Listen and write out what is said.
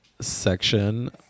section